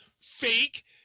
fake